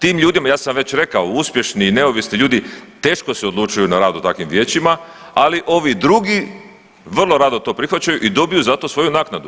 Tim ljudima ja sam već rekao uspješni i neovisni ljudi teško se odlučuju na rad u takvim vijećima, ali ovi drugi vrlo rado to prihvaćaju i dobiju za to svoju naknadu.